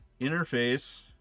Interface